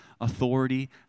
authority